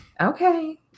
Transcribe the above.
Okay